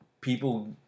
people